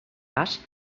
cas